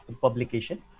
publication